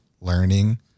learning